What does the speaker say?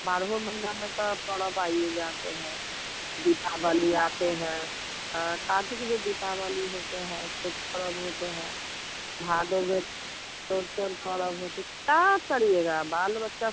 बारहों महीना में तो पर्व ही जाते है दीपवाली आती है हाँ कार्तिक में दीपावली होती है कुछ पर्व होते हैं भादों में कौन कौन पर्व होते क्या करिएगा बाल बच्चा